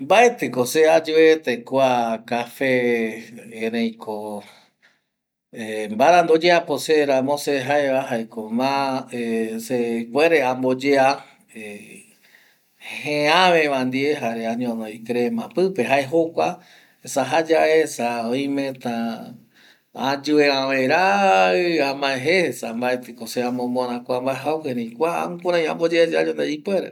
﻿Mbaetiko se ayueete kua kafe, ereiko mbarandu oyeapo seramo se jaeva jaeko ma se ipuere amboyea jeaveva ndie jare añonovi crema pipe jae jokua, esa jayae esa oimeta ayueave rai amae jeje esa mbaetiko se amomora kua mbae jau, erei kua jukurairai amboyeayea yae ipuere